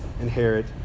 inherit